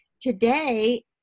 Today